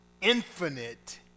infinite